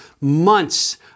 months